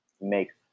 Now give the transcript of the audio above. makes